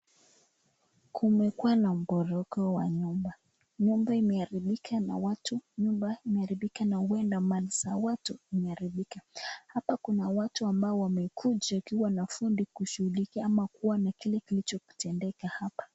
Kumekuwa na mporomoko wa nyumba, nyumba imeharibika na watu, na huenda mali za watu imeharibika, hapa kuna watu ambao wamekuja wakiwa na fundi kushughulikia ama kuona kile kilicho tendeka hapa.